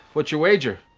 what's your wager?